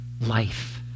life